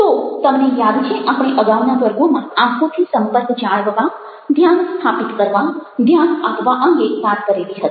તો તમને યાદ છે આપણે અગાઉના વર્ગોમાં આંખોથી સંપર્ક જાળવવા ધ્યાન સ્થાપિત કરવા ધ્યાન આપવા અંગે વાત કરેલી હતી